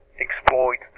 exploits